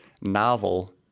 novel